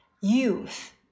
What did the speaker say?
Youth